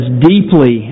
deeply